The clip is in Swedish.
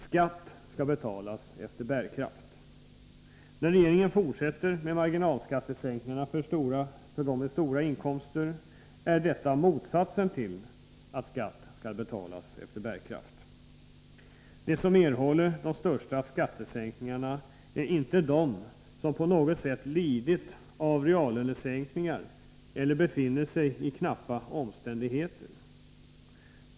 Skatt skall betalas efter bärkraft. När regeringen fortsätter med marginalskattesänkningarna för personer med stora inkomster är detta motsats till att skatt skall betalas efter bärkraft. De som erhåller de största skattesänkningarna är inte de som på något sätt lidit av reallönesänkningar eller befinner sig i knappa omständigheter.